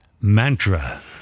Mantra